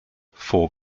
for